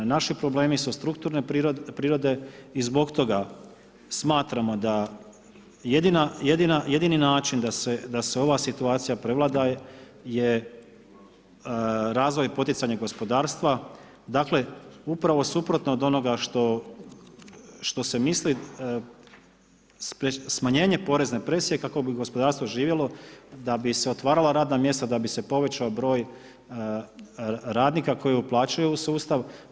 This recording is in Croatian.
Naši problemi su strukturne prirode i zbog toga smatramo da jedini način da se ova situacija prevlada je razvoj poticanja gospodarstva, dakle upravo suprotno od onoga što se misli, smanjenje porezne presije kako bi gospodarstvo živjelo da bi se otvarala radna mjesta, da bi se povećao broj radnika koji uplaćuju u sustav.